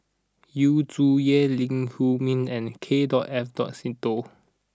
Yu Zhuye Lee Huei Min and K dot F dot Seetoh